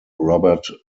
robert